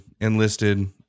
enlisted